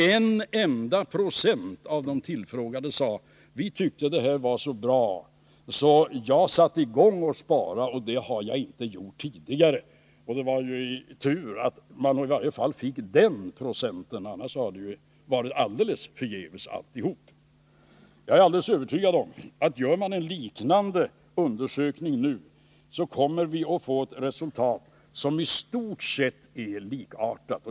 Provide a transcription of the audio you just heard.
En enda procent av de tillfrågade sade: Jag tyckte att det här var så bra att jag satte i gång att spara, och det har jag inte gjort tidigare. Det var ju tur att man i varje fall fick den procenten. Annars hade det varit förgäves alltihop. Jag är alldeles övertygad om att gör man en liknande undersökning nu, kommer vi att få ett resultat som i stort sett är likartat.